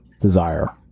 desire